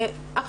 יש איזו הגדרה?